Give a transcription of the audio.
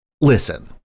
listen